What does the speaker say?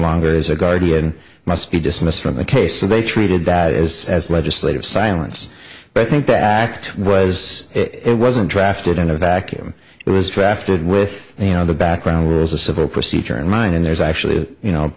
longer is a guardian must be dismissed from the case and they treated that is as legislative silence but i think backed was it wasn't drafted in a vacuum it was drafted with you know the background as a civil procedure in mind and there's actually you know